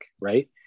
Right